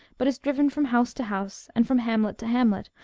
but is driven from house to house, and from hamlet to hamlet,